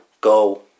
go